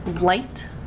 light